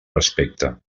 respecte